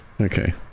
okay